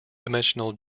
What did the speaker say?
dimensional